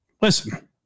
Listen